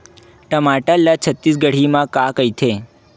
टमाटर ला छत्तीसगढ़ी मा का कइथे?